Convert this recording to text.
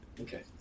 Okay